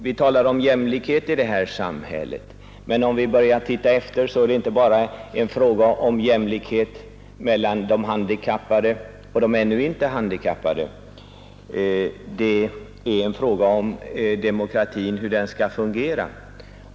Vi talar om jämlikhet i det här samhället, men om vi börjar titta efter är det inte bara en fråga om jämlikhet mellan de handikappade och de ännu inte handikappade, utan det är en fråga om hur demokratin skall fungera.